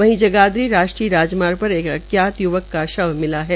वही जगाधरी राष्ट्रीय राजमार्ग पर एक अज्ञात य्वक का शव मिला है